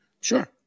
Sure